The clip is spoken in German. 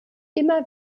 immer